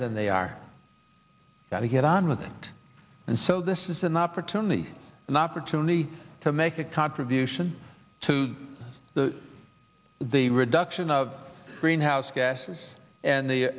than they are now to get on with it and so this is an opportunity an opportunity to make a contribution to the the reduction of greenhouse gases and the